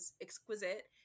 exquisite